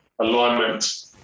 alignment